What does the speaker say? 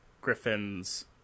Griffin's